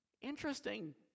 Interesting